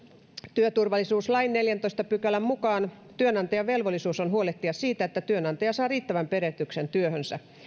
työturvallisuuslain neljännentoista pykälän mukaan työnantajan velvollisuus on huolehtia siitä että työntekijä saa riittävän perehdytyksen työhönsä